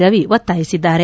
ರವಿ ಒತ್ತಾಯಿಸಿದ್ದಾರೆ